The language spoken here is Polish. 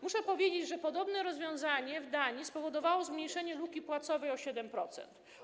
Muszę powiedzieć, że podobne rozwiązanie w Danii spowodowało zmniejszenie luki płacowej o 7%.